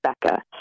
Becca